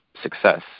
success